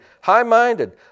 high-minded